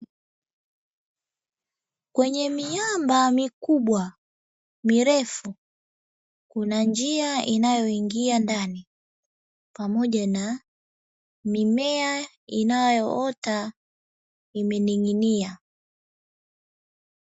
Kwenye miamba mikubwa, mirefu kuna njia inayo ingia ndani pamoja na mimea inayoota imening'inia